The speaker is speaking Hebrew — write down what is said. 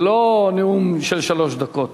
זה לא נאום של שלוש דקות.